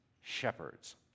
shepherds